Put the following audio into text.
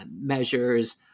measures